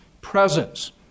presence